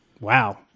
Wow